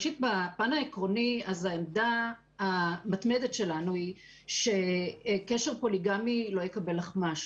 בפן העקרוני העמדה המתמדת שלנו היא שקשר פוליגמי לא יקבל אחמ"ש.